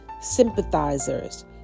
sympathizers